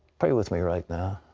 pray with me right now.